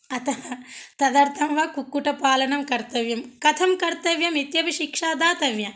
अतः तदर्थं वा कुक्कुटपालनं कर्तव्यं कथं कर्तव्यम् इत्यपि शिक्षा दातव्या